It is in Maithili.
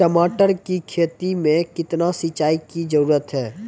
टमाटर की खेती मे कितने सिंचाई की जरूरत हैं?